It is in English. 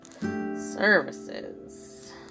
services